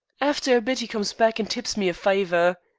after a bit e comes back and tips me a fiver.